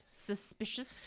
Suspicious